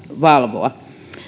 valvoa